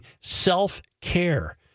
self-care